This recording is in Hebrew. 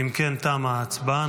אם כן, תמה ההצבעה.